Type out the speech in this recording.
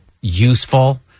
useful